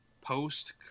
post